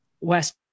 West